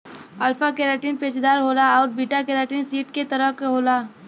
alpha keratin पेचदार होला आउर बीटा केराटिन सीट के तरह क होला